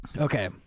Okay